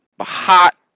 hot